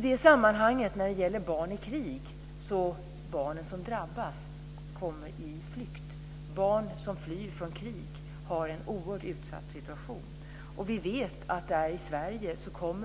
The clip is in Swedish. De barn som drabbas i krig kommer på flykt. Barn som flyr från krig har en oerhört utsatt situation. Vi vet att